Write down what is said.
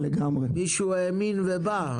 מישהו האמין ובא.